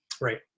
Right